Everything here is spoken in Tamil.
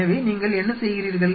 எனவே நீங்கள் என்ன செய்கிறீர்கள்